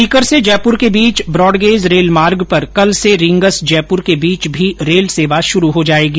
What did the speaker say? सीकर से जयपुर के बीच ब्रॉड गैज रेलमार्ग पर कल से रींगस जयपुर के बीच भी रेल सेवा शुरू हो जाएगी